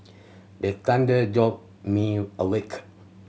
the thunder jolt me awake